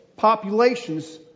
Populations